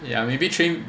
ya maybe train